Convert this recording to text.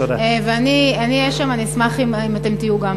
אני אהיה שם, ואני אשמח אם גם אתם תהיו.